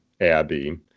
Abby